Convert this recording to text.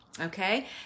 okay